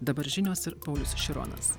dabar žinios ir paulius šironas